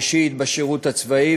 ראשית בשירות הצבאי,